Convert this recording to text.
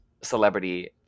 celebrity